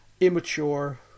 immature